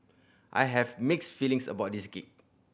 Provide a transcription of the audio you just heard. I have mixed feelings about this gig